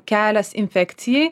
kelias infekcijai